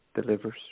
delivers